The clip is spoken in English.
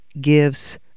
gives